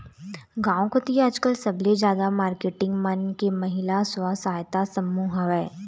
गांव कोती आजकल सबले जादा मारकेटिंग मन के महिला स्व सहायता समूह हवय